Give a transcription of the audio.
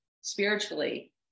spiritually